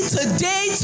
today